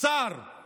על